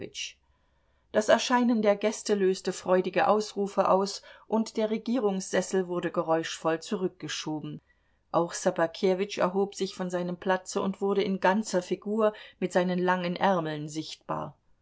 das erscheinen der gäste löste freudige ausrufe aus und der regierungssessel wurde geräuschvoll zurückgeschoben auch ssobakewitsch erhob sich von seinem platze und wurde in ganzer figur mit seinen langen ärmeln sichtbar